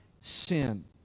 sin